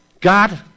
God